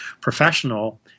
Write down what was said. professional